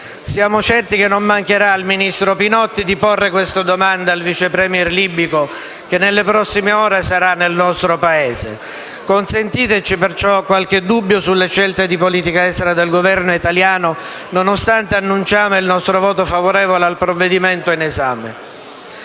Siamo certi che il ministro Pinotti non mancherà di porre queste domande al Vice *Premier* libico che nelle prossime ore sarà nel nostro Paese. Consentiteci, perciò, qualche dubbio sulle scelte di politica estera del Governo italiano, nonostante annunciamo il nostro voto favorevole al provvedimento in esame.